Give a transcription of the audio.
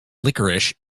licorice